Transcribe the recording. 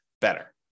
better